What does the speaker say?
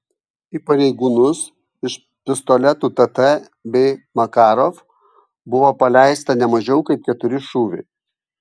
į pareigūnus iš pistoletų tt bei makarov buvo paleista ne mažiau kaip keturi šūviai